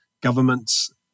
governments